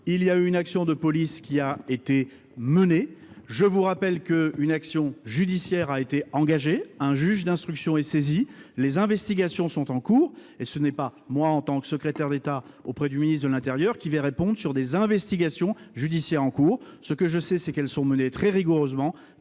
Une action de police a été menée. Je vous rappelle qu'une action judiciaire a été engagée. Un juge d'instruction est saisi. Les investigations sont en cours, et ce n'est pas moi, en tant que secrétaire d'État auprès du ministre de l'intérieur, qui répondrai à des questions portant sur des investigations judiciaires en cours. Je sais simplement qu'elles sont menées très rigoureusement